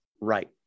right